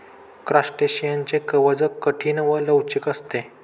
क्रस्टेशियनचे कवच कठीण व लवचिक असते